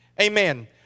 Amen